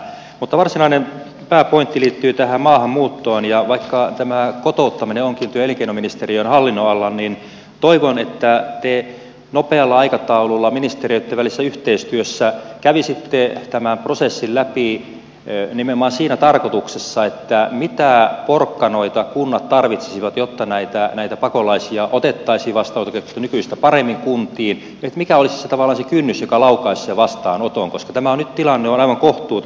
mutta varsinainen pääpointti liittyy tähän maahanmuuttoon ja vaikka tämä kotouttaminen onkin työ ja elinkeinoministeriön hallinnon alaa niin toivon että te nopealla aikataululla ministeriöitten välisessä yhteistyössä kävisitte tämän prosessin läpi nimenomaan siinä tarkoituksessa mitä porkkanoita kunnat tarvitsisivat jotta näitä pakolaisia otettaisiin vastaanottokeskuksiin nykyistä paremmin kuntiin mikä olisi tavallaan se kynnys joka laukaisisi sen vastaanoton koska nyt tilanne on aivan kohtuuton